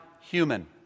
Human